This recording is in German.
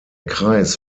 kreis